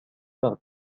par